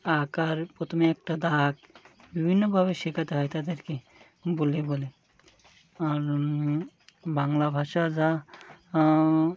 আকার প্রথমে একটা দাগ বিভিন্নভাবে শেখতে হয় তাদেরকে বলে বলে আর বাংলা ভাষা যা